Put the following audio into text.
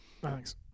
Thanks